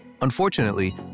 Unfortunately